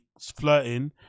flirting